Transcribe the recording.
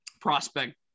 prospect